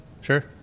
Sure